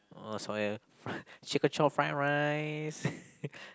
oh soya chicken chop fried rice